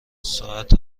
ساعت